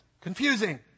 confusing